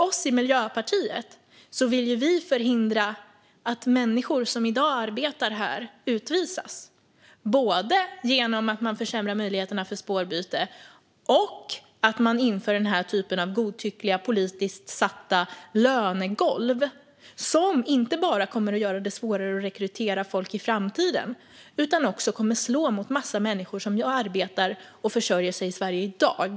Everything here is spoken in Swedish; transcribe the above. Vi i Miljöpartiet vill förhindra att människor som arbetar här i dag utvisas, vilket kommer att ske både genom att man försämrar möjligheterna till spårbyte och genom att man inför godtyckliga politiskt satta lönegolv. Det kommer inte bara att göra det svårare att rekrytera folk i framtiden, utan det kommer också att slå mot en massa människor som arbetar och försörjer sig i Sverige i dag.